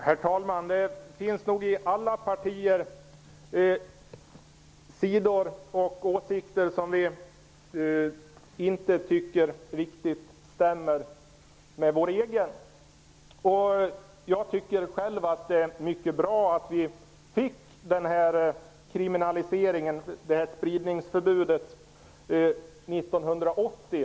Herr talman! Det finns i alla partier sidor och åsikter som vi inte tycker riktigt stämmer med vår egen inställning. Jag tycker själv att det är bra att spridningsförbudet infördes 1980.